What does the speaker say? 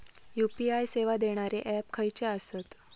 UPI सेवा देणारे app खयचे आसत?